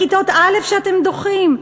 בכיתות א' שאתם דוחים?